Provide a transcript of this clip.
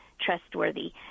trustworthy